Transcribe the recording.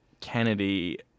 Kennedy